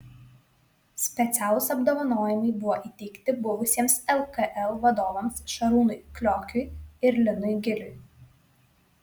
specialūs apdovanojimai buvo įteikti buvusiems lkl vadovams šarūnui kliokiui ir linui giliui